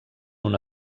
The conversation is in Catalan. una